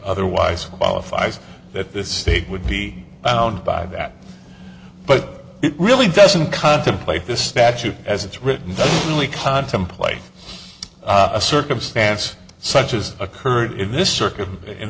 otherwise qualifies that the state would be bound by that but it really doesn't contemplate this statute as it's written only contemplate a circumstance such as occurred in this circuit in